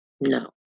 No